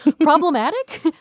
Problematic